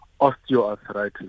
osteoarthritis